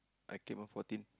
I came up fourteen